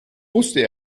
wusste